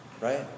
Right